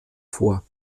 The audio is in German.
vor